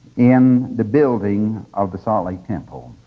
in the building of the salt lake temple.